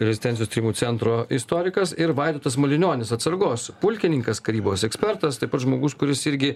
ir rezistencijos tyrimų centro istorikas ir vaidotas malinionis atsargos pulkininkas karybos ekspertas taip pat žmogus kuris irgi